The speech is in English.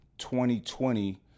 2020